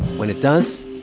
when it does,